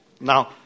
Now